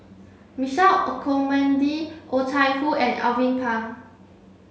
Michael Olcomendy Oh Chai Hoo and Alvin Pang